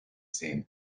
same